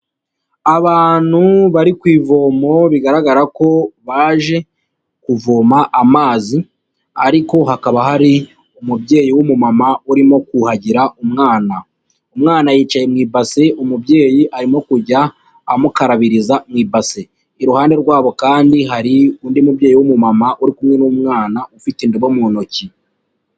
Abantu bari ku ivomo bigaragara ko baje kuvoma amazi, ariko hakaba hari umubyeyi w'umumama urimo kuhagira umwana. Umwana yicaye mu ibasi, umubyeyi arimo kujya amukarabiriza mu ibasi. Iruhande rwabo kandi hari undi mubyeyi w'umumama uri kumwe n'umwana ufite indobo mu ntoki.